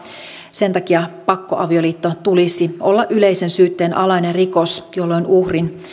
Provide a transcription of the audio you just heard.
sen takia pakkoavioliitto tulisi olla yleisen syytteen alainen rikos jolloin uhrin